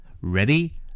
Ready